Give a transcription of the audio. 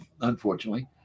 unfortunately